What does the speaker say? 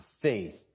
faith